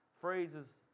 phrases